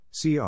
CR